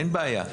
אין בעיה.